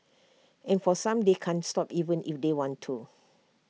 and for some they can't stop even if they want to